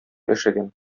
яшәгән